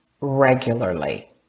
regularly